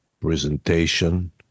presentation